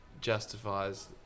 justifies